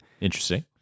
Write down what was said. Interesting